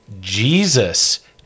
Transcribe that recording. Jesus